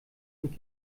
und